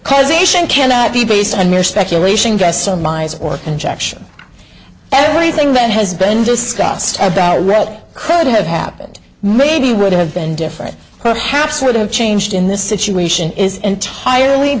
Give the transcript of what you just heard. causation cannot be based on mere speculation guess so minds or conjecture everything that has been discussed about read could have happened maybe would have been different perhaps would have changed in this situation is entirely